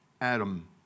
Adam